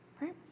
right